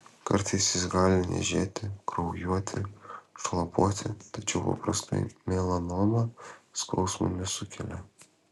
kartais jis gali niežėti kraujuoti šlapiuoti tačiau paprastai melanoma skausmo nesukelia